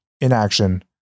inaction